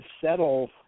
settle